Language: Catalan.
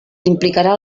implicarà